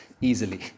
easily